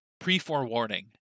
pre-forewarning